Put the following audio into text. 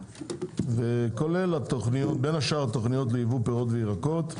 בין השאר תכניות לייבוא פירות וירקות.